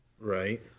Right